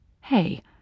hey